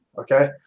okay